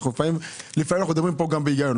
לפעמים אנחנו גם מדברים פה גם בהיגיון,